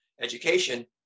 education